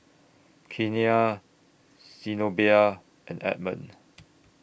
Keanna Zenobia and Edmund